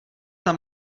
tam